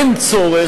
אין צורך,